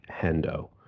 Hendo